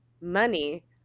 money